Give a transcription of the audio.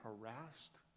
harassed